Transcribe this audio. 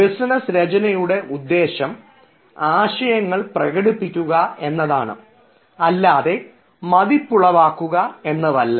business രചനയുടെ ഉദ്ദേശം ആശയങ്ങൾ പ്രകടിപ്പിക്കുക എന്നതാണ് അല്ലാതെ മതിപ്പുളവാക്കുക എന്നതല്ല